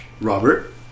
Robert